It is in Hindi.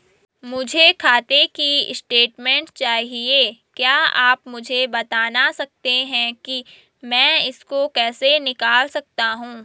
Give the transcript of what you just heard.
मुझे खाते की स्टेटमेंट चाहिए क्या आप मुझे बताना सकते हैं कि मैं इसको कैसे निकाल सकता हूँ?